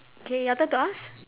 okay your turn to ask